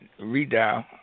redial